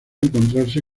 encontrarse